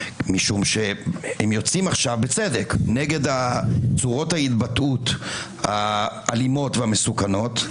משום שהם יוצאים עכשיו בצדק נגד צורות ההתבטאות האלימות והמסוכנות,